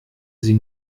sie